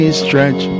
stretch